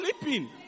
sleeping